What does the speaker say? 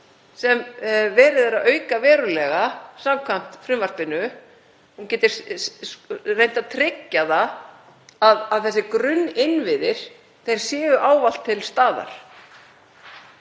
sem verið er að auka verulega samkvæmt frumvarpinu. Hún geti reynt að tryggja að þessir grunninnviðir séu ávallt til staðar.